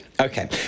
Okay